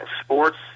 sports